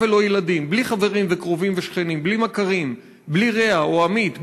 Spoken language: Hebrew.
ולא ילדים/ בלי חברים וקרובים ושכנים/ בלי מכרים/ בלי רע או עמית,